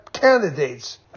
candidates